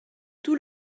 tout